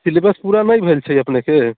syllabus पूरा नहि भेल छै अपनेके